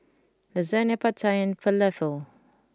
Lasagne Pad Thai and Falafel